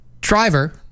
Driver